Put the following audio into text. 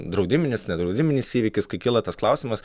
draudiminis nedraudiminis įvykis kai kyla tas klausimas